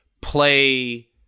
play